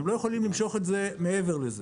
הם לא יכולים למשוך את זה מעבר לזה.